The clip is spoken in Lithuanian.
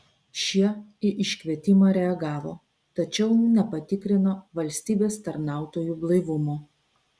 šie į iškvietimą reagavo tačiau nepatikrino valstybės tarnautojų blaivumo